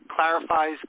clarifies